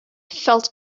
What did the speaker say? felt